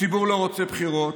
הציבור לא רוצה בחירות.